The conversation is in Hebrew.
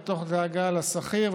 ותוך דאגה לשכיר,